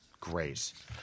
grace